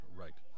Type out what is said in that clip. right